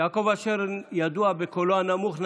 יעקב אשר ידוע בקולו הנמוך.